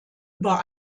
über